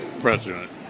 president